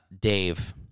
Dave